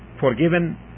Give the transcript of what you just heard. forgiven